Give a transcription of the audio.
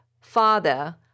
Father